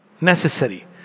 necessary